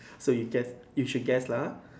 so you guess you should guess lah